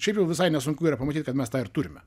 šiaip jau visai nesunku yra pamatyt kad mes tą ir turime